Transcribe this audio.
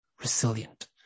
resilient